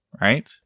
right